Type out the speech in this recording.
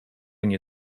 nie